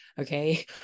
okay